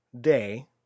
day